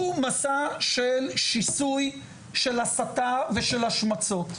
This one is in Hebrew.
הוא מסע של שיסוי של הסתה ושל השמצות.